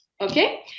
okay